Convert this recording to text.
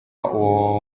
uwo